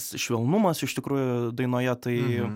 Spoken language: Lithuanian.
švelnumas iš tikrųjų dainoje tai